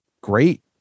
great